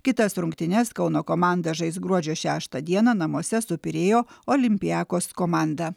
kitas rungtynes kauno komanda žais gruodžio šeštą dieną namuose su pirėjo olympiakos komanda